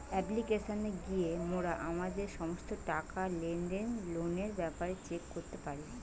অ্যাপ্লিকেশানে গিয়া মোরা আমাদের সমস্ত টাকা, লেনদেন, লোনের ব্যাপারে চেক করতে পারি